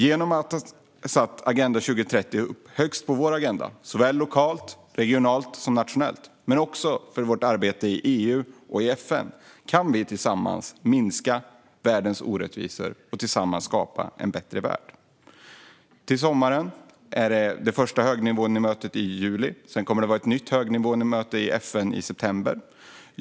Genom att ha satt Agenda 2030 högst på vår agenda, såväl lokalt och regionalt som nationellt men också för vårt arbete i EU och i FN, kan vi tillsammans minska världens orättvisor och skapa en bättre värld. I sommar är det första högnivåmötet i juli. Sedan kommer det att vara ett nytt högnivåmöte i FN i september.